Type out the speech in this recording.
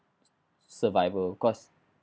survival because